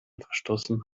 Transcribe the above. verstoßen